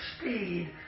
speed